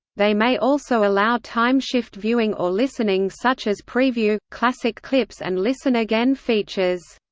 they may also allow time-shift viewing or listening such as preview, classic clips and listen again features.